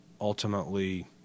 ultimately